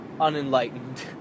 unenlightened